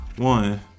One